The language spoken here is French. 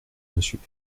monsieur